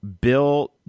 Bill